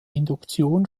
induktion